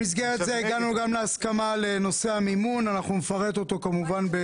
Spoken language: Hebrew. אנחנו כמובן נפרט אותו.